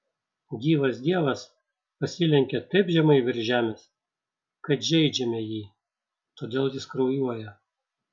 gyvas dievas pasilenkia taip žemai virš žemės kad žeidžiame jį todėl jis kraujuoja